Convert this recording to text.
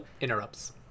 Interrupts